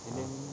ya